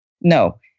no